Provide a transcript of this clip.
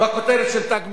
בכותרת של "תג מחיר".